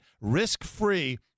risk-free